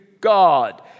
God